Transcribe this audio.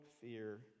fear